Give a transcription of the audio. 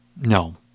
No